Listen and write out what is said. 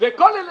וכל אלה